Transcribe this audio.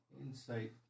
Insight